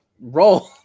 roll